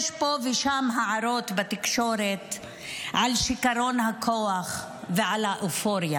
יש פה ושם הערות בתקשורת על שיכרון הכוח ועל האופוריה,